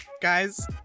Guys